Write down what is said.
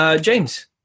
James